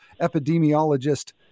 epidemiologist